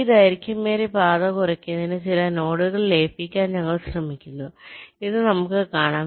ഈ ദൈർഘ്യമേറിയ പാത കുറയ്ക്കുന്നതിന് ചില നോഡുകൾ ലയിപ്പിക്കാൻ ഞങ്ങൾ ശ്രമിക്കുന്നു ഇത് നമുക്ക് കാണാം